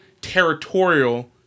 territorial